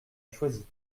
choisi